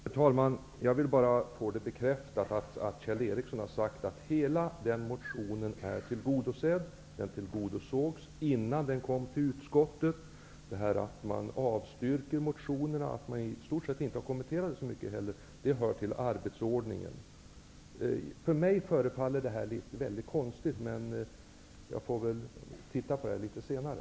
Herr talman! Jag vill bara få bekräftat att Kjell Ericsson har sagt att hela denna motion är tillgodosedd. Den tillgodosågs innan den kom till utskottet. Det faktum att man avstyrker motionen och i stort sett inte har kommenterat den så mycket hör till arbetsordningen. För mig förefaller det här mycket konstigt, men jag får väl studera det litet senare.